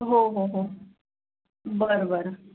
हो हो हो बरं बरं